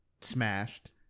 smashed